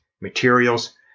materials